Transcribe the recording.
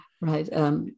right